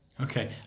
Okay